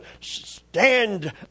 stand